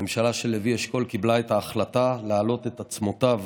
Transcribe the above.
הממשלה של לוי אשכול קיבלה את ההחלטה להעלות את עצמותיו